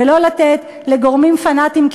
ולא לתת לגורמים פנאטיים,